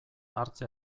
hartze